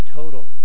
total